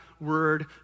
word